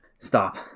Stop